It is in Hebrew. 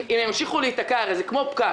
אם הם ימשיכו להיתקע הרי זה כמו פקק,